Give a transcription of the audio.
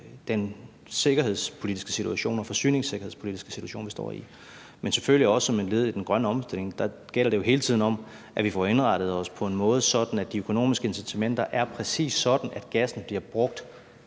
den forsyningssikkerhedspolitiske situation, vi står i, men selvfølgelig også som et led i den grønne omstilling gælder det hele tiden om, at vi får indrettet os på en måde, sådan at de økonomiske incitamenter er præcis sådan, at gassen bliver brugt